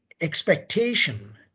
expectation